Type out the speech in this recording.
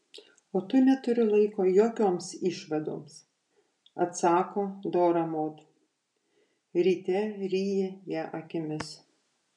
o tu neturi laiko jokioms išvadoms atsako dora mod ryte ryji ją akimis